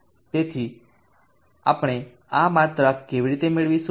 તેથી આપણે આ માત્રા કેવી રીતે મેળવીશું